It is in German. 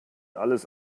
alles